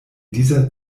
dieser